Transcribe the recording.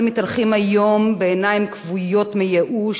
מתהלכים היום בעיניים כבויות מייאוש,